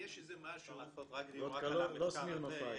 --- אפשר לעשות מחקר רק על זה.